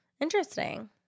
Interesting